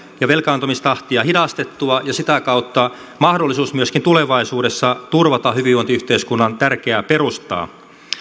ja velkaantumistahtia hidastettua ja sitä kautta mahdollisuus myöskin tulevaisuudessa turvata hyvinvointiyhteiskunnan tärkeää perustaa